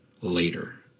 later